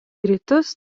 rytus